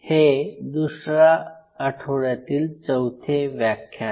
हे दुसरा आठवड्यातील चौथे व्याख्यान